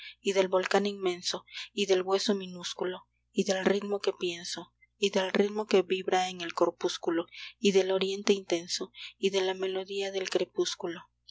y del volcán inmenso y del hueso minúsculo y del ritmo que pienso y del ritmo que vibra en el corpúsculo y del oriente intenso y de la melodía del crepúsculo